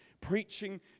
preaching